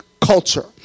culture